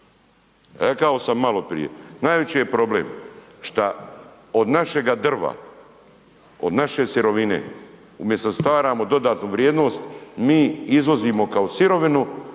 Rekao sam maloprije, najveći problem šta od našega drva, od naše sirovine umjesto da stvaramo dodatnu vrijednost mi izvozimo kao sirovinu,